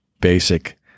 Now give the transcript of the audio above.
basic